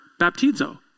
baptizo